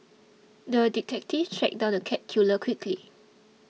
the detective tracked down the cat killer quickly